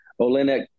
Olenek